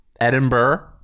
Edinburgh